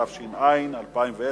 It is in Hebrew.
התש"ע 2010,